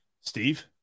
Steve